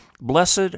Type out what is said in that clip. Blessed